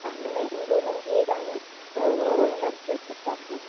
ഇപ്പോൾ അങ്ങനെ ഇമ്പ്രൂവ്മെന്റ് ചെയ്താണ് ഓരോന്നും വരച്ച് സെറ്റ് ആക്കുന്നത്